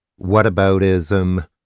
whataboutism